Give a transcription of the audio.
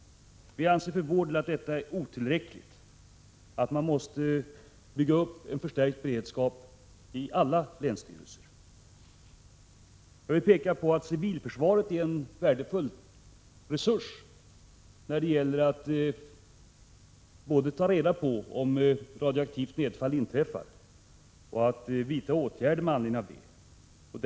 Vi anser för vår del att detta är otillräckligt och att man måste bygga upp en förstärkt beredskap vid alla länsstyrelser. Jag vill peka på att civilförsvaret är en värdefull resurs när det gäller både att ta reda på om radioaktivt nedfall förekommer och att vidta åtgärder med anledning av det.